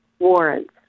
Warrants